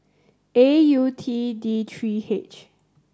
A U T D three H